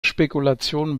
spekulationen